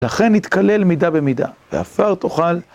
לכן התקלל מידה במידה, ועפר תאכל.